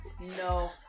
No